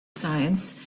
science